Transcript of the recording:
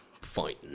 fighting